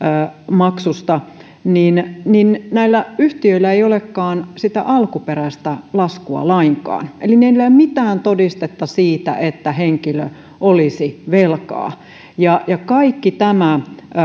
maksusta niin niin näillä yhtiöillä ei olekaan sitä alkuperäistä laskua lainkaan eli niillä ei ole mitään todistetta siitä että henkilö olisi velkaa kaikki tämä